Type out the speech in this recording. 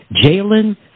Jalen